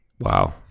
Wow